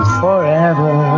forever